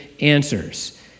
answers